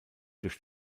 durch